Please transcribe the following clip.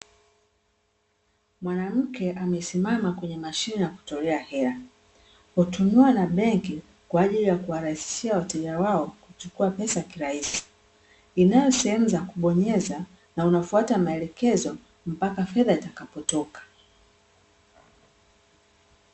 Mwanamke amesimama kwenye mashine ya kutolea hela. Hutumiwa na benki kwaajili ya kuwarahisishia wateja wao kuchukua pesa kirahisi. Inayo sehemu za kubonyeza na unafuata maelekezo mpaka fedha itakapo toka.